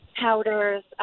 powders